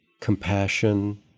compassion